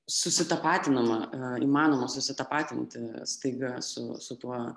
susitapatinama įmanoma susitapatinti staiga su su tuo